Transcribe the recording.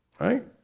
Right